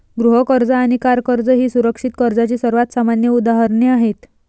गृह कर्ज आणि कार कर्ज ही सुरक्षित कर्जाची सर्वात सामान्य उदाहरणे आहेत